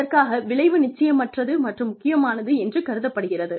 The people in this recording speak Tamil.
அதற்காக விளைவு நிச்சயமற்றது மற்றும் முக்கியமானது என்று கருதப்படுகிறது